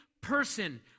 person